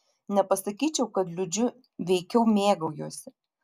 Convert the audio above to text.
nepasakyčiau kad liūdžiu veikiau mėgaujuosi